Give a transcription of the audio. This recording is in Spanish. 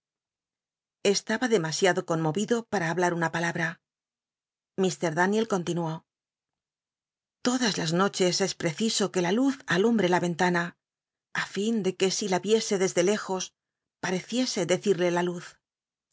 estaba demasiado conmovido pata hablar una palabra mt daniel continuó toclas las noches es ppceiso que la luz alum bre la en tana ü fin de que si la viese desde lejos pareciese decirle la luz